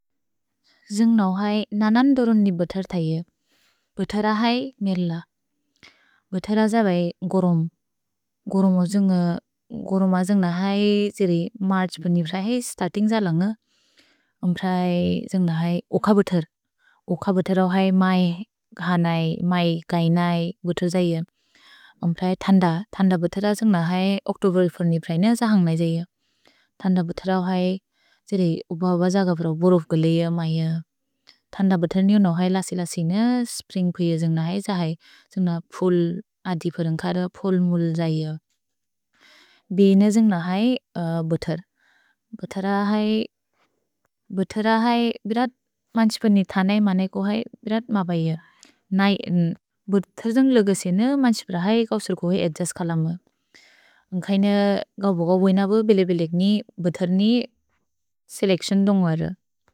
जुन्ग् नौ है ननन् दोरुन्नि बेथर् तैअ। भेथर है मेल। भेथर ज बै गोरोम्। गोरोम जुन्ग् नौ है जिरि मर्छ् प्रनि प्रए है स्तर्तिन्ग् ज लन्ग। अम्प्रै जुन्ग् नौ है ओक बेथर्। ओक बेथरौ है मै घनै, मै गैनै बेथर् जैअ। अम्प्रै थन्द। थन्द बेथर जुन्ग् नौ है ओक्तोबेर् प्रनि प्रए नौ जहन्ग्लै जैअ। थन्द बेथरौ है जिरि ओब ओबज गफ्र बोरोफ् गलेअ मैअ। थन्द बेथर निउ नौ है लसि लसिन स्प्रिन्ग् प्रिए जुन्ग् नौ है जहन्ग्लै। जुन्ग् नौ फुल् अदिप रन्ग्कद, फुल् मुल् जैअ। भेने जुन्ग् नौ है बेथर्। भेथर है, बेथर है बिरत् मन्छ्पनि थनै मनेको है बिरत् मबैअ। नै, बेथर जुन्ग् लगसिन मन्छ्पनि है कौसुर्को होइ एधेस् कलम। अन्घैन गौ बोग बोइन बिल-बिल एक्नि बेथर् नि सेलेक्स्योन् दुन्ग् वर।